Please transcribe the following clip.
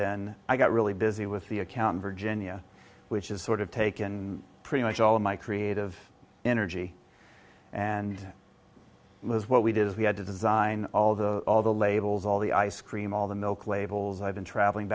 then i got really busy with the account virginia which is sort of taken pretty much all of my creative energy and it was what we did is we had to design all the all the labels all the ice cream all the milk labels i've been traveling